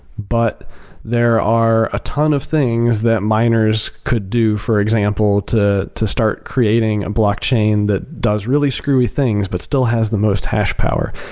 but there are a ton of things that miners could do, for example, to to start creating a blockchain that does really screwy things, but still has the most hash power.